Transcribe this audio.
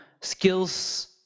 skills